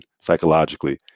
psychologically